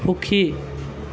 সুখী